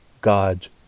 God's